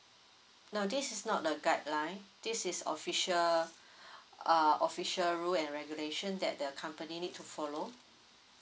no this is not the guideline this is official uh official rule and regulation that the company need to follow